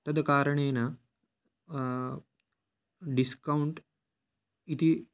तत् कारणेन डिस्कौण्ट् इति